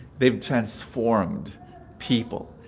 they've transformed people.